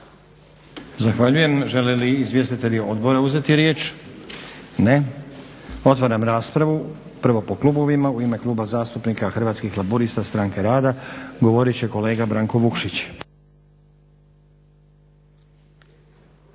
Zahvaljujem. Žele li izvjestitelji odbora uzeti riječ? Ne. Otvaram raspravu. Prvo po klubovima. U ime Kluba zastupnika Hrvatskih laburista-Stranke rada govorit će kolega Branko Vukšić.